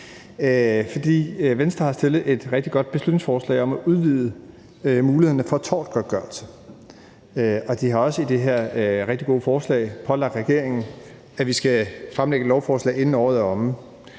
Venstre har fremsat et rigtig godt beslutningsforslag om at udvide mulighederne for tortgodtgørelse. De har også i det her rigtig gode forslag pålagt regeringen, at regeringen skal fremsætte et lovforslag, inden året er omme.